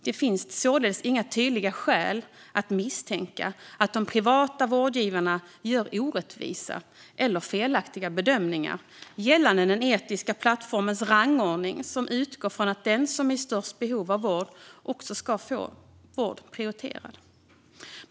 Det finns således inga tydliga skäl att misstänka att de privata vårdgivarna gör orättvisa eller felaktiga bedömningar gällande den etiska plattformens rangordning som utgår från att den som är i störst behov av vård också ska prioriteras vid vård.